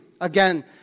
again